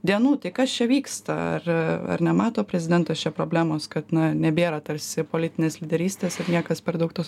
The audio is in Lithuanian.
dienų tai kas čia vyksta ar ar nemato prezidentas čia problemos kad na nebėra tarsi politinės lyderystės ir niekas per daug tos